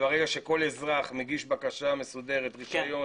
וברגע שכל אזרח מגיש בקשה מסודרת ורישיון